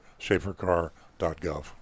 safercar.gov